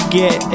get